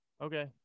okay